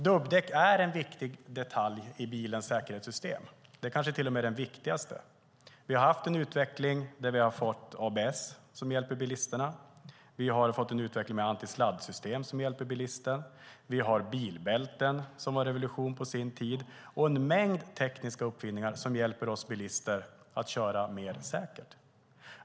Dubbdäck är en viktig detalj i bilens säkerhetssystem. Det är kanske till och med den viktigaste. Vi har haft en utveckling där vi har fått ABS och antisladdsystem, som hjälper bilisterna. Vi har bilbälten, vilket på sin tid var en revolution, och en mängd tekniska uppfinningar som hjälper oss bilister att köra säkrare.